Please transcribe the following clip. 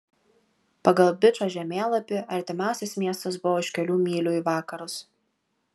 pagal bičo žemėlapį artimiausias miestas buvo už kelių mylių į vakarus